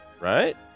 right